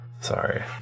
Sorry